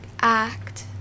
act